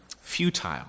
futile